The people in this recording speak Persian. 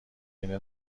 اینه